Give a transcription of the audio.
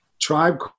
Tribe